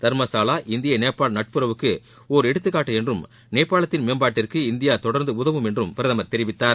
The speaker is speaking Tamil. தர்மசாலா இந்திய நேபாள் நட்புறவுக்கு ஒர் எடுத்துகாட்டு என்றும் நேபாளத்தின் மேம்பாட்டிற்கு இந்தியா தொடர்ந்து உதவும் என்று பிரதமர் தெரிவித்தார்